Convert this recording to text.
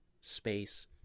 space